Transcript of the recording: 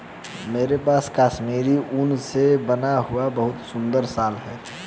मेरे पास कश्मीरी ऊन से बना हुआ बहुत सुंदर शॉल है